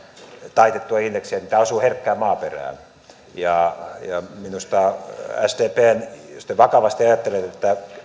taitettua indeksiä niin tämä osui herkkään maaperään minusta sdp jos te vakavasti ajattelette että